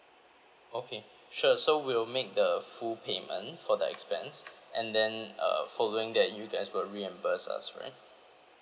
okay sure so we'll make the full payment for the expense and then uh following that you guys will reimburse us right